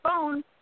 phone